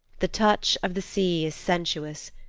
the touch of the sea is sensuous,